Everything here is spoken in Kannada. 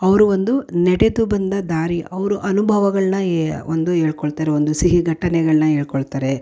ಅವರು ಒಂದು ನೆಡೆದು ಬಂದ ದಾರಿ ಅವರು ಅನುಭವಗಳನ್ನ ಒಂದು ಹೇಳ್ಕೊಳ್ತಾರೆ ಒಂದು ಸಿಹಿ ಘಟನೆಗಳನ್ನ ಹೇಳಿಕೊಳ್ತಾರೆ